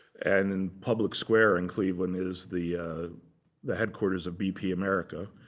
and in public square in cleveland is the the headquarters of bp america.